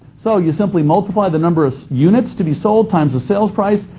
so you simply multiply the number of units to be sold times the sales price.